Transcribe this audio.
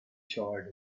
charred